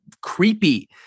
creepy